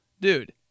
dude